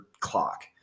clock